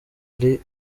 ari